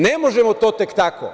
Ne možemo to tek tako.